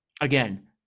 again